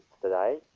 today